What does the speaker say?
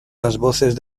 voces